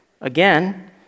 again